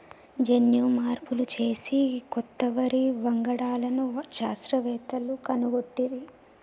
జన్యు మార్పులు చేసి కొత్త వరి వంగడాలను శాస్త్రవేత్తలు కనుగొట్టిరి